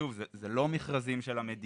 שוב, אלו לא מכרזים של המדינה.